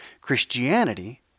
Christianity